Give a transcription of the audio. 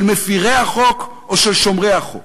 של מפרי החוק או של שומרי החוק,